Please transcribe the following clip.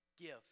Give